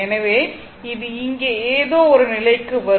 எனவே இது இங்கே ஏதோ ஒரு நிலைக்கு வரும்